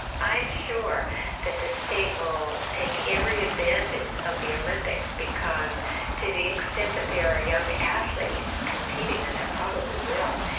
i'm sure that the state will take every advantage of the olympics because to the extent that there are young athletes competing and they probably will.